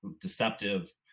deceptive